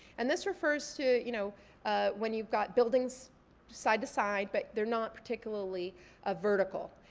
and this refers to you know when you've got buildings side to side, but they're not particularly ah vertical.